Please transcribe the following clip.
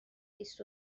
بیست